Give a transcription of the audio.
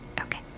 Okay